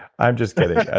i'm just kidding ah